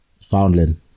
Foundling